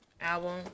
Album